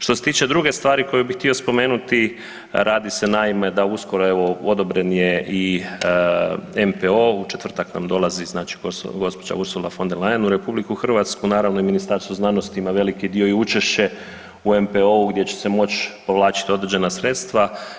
Što se tiče druge stvari koju bih htio spomenuti, radi se naime da uskoro evo odobren je i MPO u četvrtak nam dolazi gospođa Ursula von der Leyen u RH, naravno i Ministarstvo znanosti ima veliki dio i učešće u MPO-u gdje će se moć povlačiti određena sredstva.